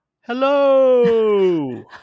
hello